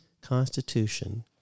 constitution